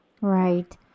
Right